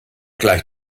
gleich